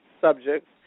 subjects